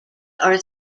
are